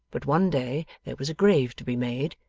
but one day there was a grave to be made,